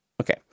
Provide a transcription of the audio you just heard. Okay